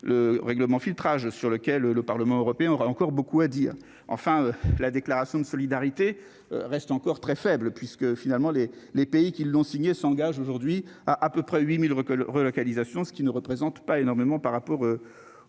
règlement filtrage sur lequel le Parlement européen aura encore beaucoup à dire, enfin, la déclaration de solidarité reste encore très faible puisque finalement les les pays qui l'ont signé, s'engage aujourd'hui à à peu près 8000 recolle relocalisation, ce qui ne représente pas énormément par rapport aux